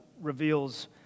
reveals